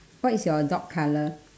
what is your dog colour